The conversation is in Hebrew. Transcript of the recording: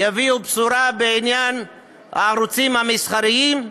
יביאו בשורה בעניין הערוצים המסחריים,